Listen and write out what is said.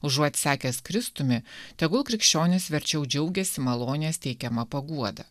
užuot sekęs kristumi tegul krikščionis verčiau džiaugiasi malonės teikiamą paguodą